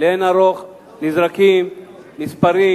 לאין ערוך, נזרקים מספרים